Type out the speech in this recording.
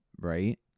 right